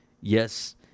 Yes